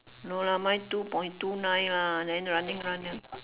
no lah mine two point two nine lah then running lah